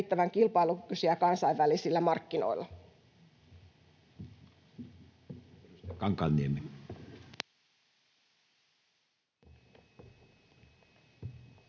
Kiitos.